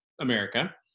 America